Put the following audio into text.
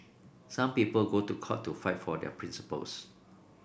some people go to court to fight for their principles